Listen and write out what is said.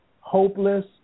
hopeless